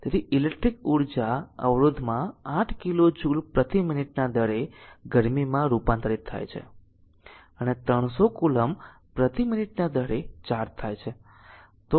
તેથી ઈલેક્ટ્રીકલ ઉર્જા અવરોધમાં 8 કિલો જુલ પ્રતિ મિનિટના દરે ગરમીમાં રૂપાંતરિત થાય છે અને 300 કૂલોમ્બ પ્રતિ મિનિટના દરે ચાર્જ થાય છે